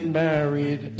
married